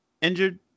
injured